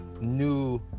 new